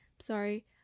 sorry